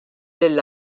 lill